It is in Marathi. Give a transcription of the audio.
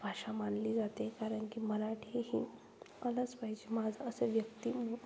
भाषा मानली जाते कारण की मराठी ही आलंच पाहिजे माझं असे व्यक्ती